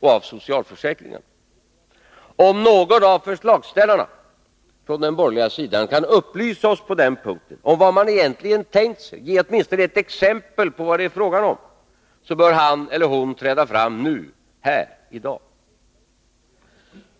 och socialförsäkringarna? Om någon av förslagsställarna på den borgerliga sidan kan upplysa oss på den punkten om vad man egentligen tänkt sig — eller åtminstone ge ett exempel på vad det är fråga om — bör han eller hon träda fram nu här i dag.